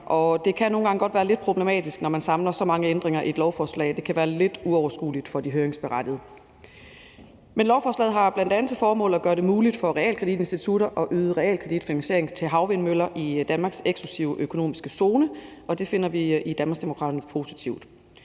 det kan nogle gange godt være lidt problematisk, når man samler så mange ændringer i et lovforslag; det kan være lidt uoverskueligt for de høringsberettigede. Men lovforslaget har bl.a. til formål at gøre det muligt for realkreditinstitutter at yde realkreditfinansiering af havvindmøller i Danmarks eksklusive økonomiske zone, og det finder vi i Danmarksdemokraterne positivt.